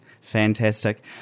Fantastic